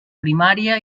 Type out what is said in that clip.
primària